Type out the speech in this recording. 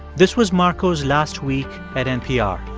this was marco's last week at npr.